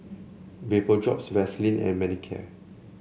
Vapodrops Vaselin and Manicare